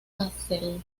kassel